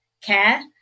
care